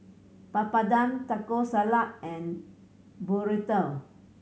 Papadum Taco Salad and Burrito